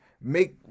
make